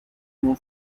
non